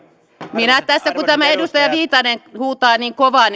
minä yritän kun tämä edustaja viitanen huutaa niin kovaa